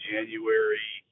January